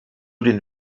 den